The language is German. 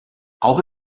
auch